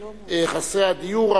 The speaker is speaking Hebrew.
חסרי הדיור,